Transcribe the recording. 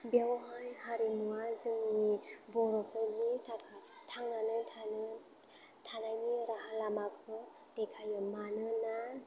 बेवहाय हारिमुआ जोंनि बर'फोरनि थाखाय थांनानै थानो थानायनि राहा लामाखौ देखायो मानोना